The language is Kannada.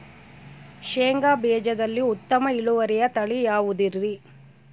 ಶೇಂಗಾ ಬೇಜದಲ್ಲಿ ಉತ್ತಮ ಇಳುವರಿಯ ತಳಿ ಯಾವುದುರಿ?